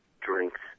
drinks